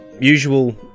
Usual